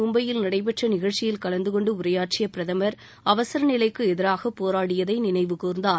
மும்பையில் நடைபெற்ற நிகழ்ச்சியில் கலந்தகொண்டு உரையாற்றிய பிரதமர் அவசரநிலைக்கு எதிராக போராடியதை நினைவு கூர்ந்தார்